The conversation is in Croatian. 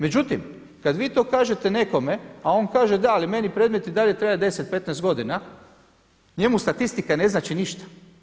Međutim, kada vi to kažete nekome, a on kaže da, ali meni predmet i dalje traje 10, 15 godina njemu statistika ne znači ništa.